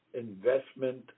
investment